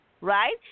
Right